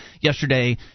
yesterday